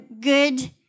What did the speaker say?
good